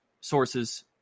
sources